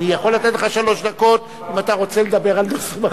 אני יכול לתת לך שלוש דקות אם אתה רוצה לדבר על נושאים אחרים,